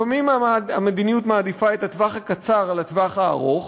לפעמים המדיניות מעדיפה את הטווח הקצר על פני הטווח הארוך.